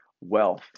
wealth